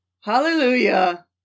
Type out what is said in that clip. Hallelujah